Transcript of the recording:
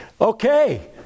Okay